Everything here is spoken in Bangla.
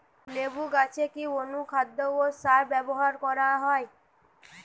লেবু গাছে কি অনুখাদ্য ও সার ব্যবহার করা হয়?